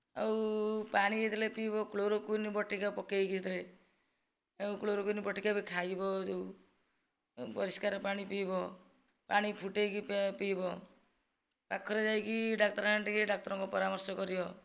ଆଉ ପାଣି ଯେତେବେଳେ ପିଇବ କ୍ଲୋରୋକ୍ୱିନ ବଟିକା ପକାଇକି ସେଥିରେ କ୍ଲୋରୋକ୍ୱିନ ବଟିକା ବି ଖାଇବ ଯେଉଁ ପରିସ୍କାର ପାଣି ପିଇବ ପାଣି ଫୁଟାଇକି ପିଇବ ପାଖରେ ଯାଇକି ଡାକ୍ତର ଖାନା ଟିକେ ଡାକ୍ତର ଙ୍କ ପରାମର୍ଶ କରିବ